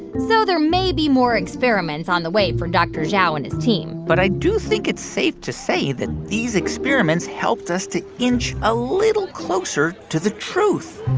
so there may be more experiments on the way for dr. zhao and his team but i do think it's safe to say that these experiments helped us to inch a little closer to the truth